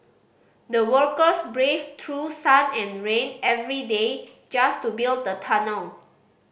the workers braved through sun and rain every day just to build the tunnel